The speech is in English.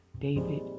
David